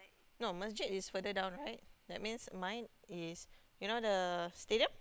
no masjid is further down right that means mine is you know the Stadium